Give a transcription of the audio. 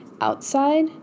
outside